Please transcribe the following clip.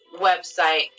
website